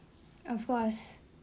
of course